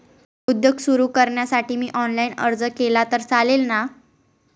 उद्योग सुरु करण्यासाठी मी ऑनलाईन अर्ज केला तर चालेल ना?